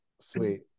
Sweet